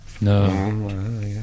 No